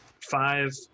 five